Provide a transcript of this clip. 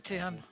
Tim